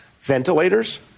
ventilators